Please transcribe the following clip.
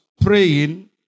praying